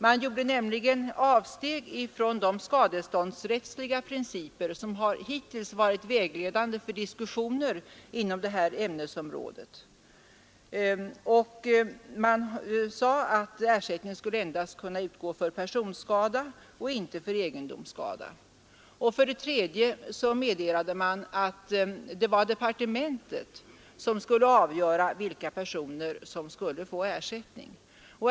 Man gjorde nämligen avsteg från de skadeståndsrättsliga principer som hittills varit vägledande för diskussionen inom det här ämnesområdet, och man sade att ersättning endast skulle kunna utgå för personskada och inte för egendomsskada. Man meddelade också att det var departementet som skulle avgöra vilka personer som skulle få ersättning.